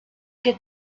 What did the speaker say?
get